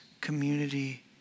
community